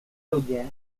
ludzie